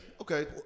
Okay